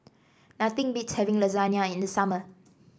nothing beats having Lasagne in the summer